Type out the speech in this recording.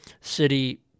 City